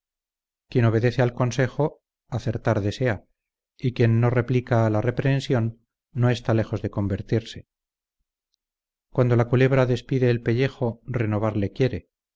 quien obedece al consejo acertar desea y quien no replica a la reprehensión no está lejos de convertirse cuando la culebra despide el pellejo renovarle quiere